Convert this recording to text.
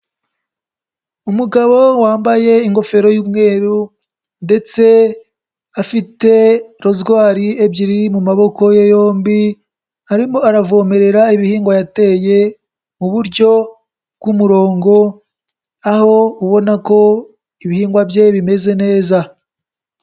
Umugabo wambaye ingofero y'umweru ndetse afite rozwari ebyiri mu maboko ye yombi arimo aravomerera ibihingwa yateye mu buryo bw'umurongo, aho ubona ko ibihingwa bye bimeze neza.